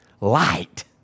light